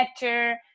better